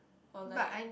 or like